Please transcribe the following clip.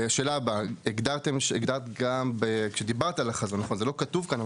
השאלה הבאה: כשדיברת על החזון נכון שזה לא כתוב כאן,